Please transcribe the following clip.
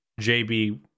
JB